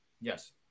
yes